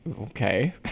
Okay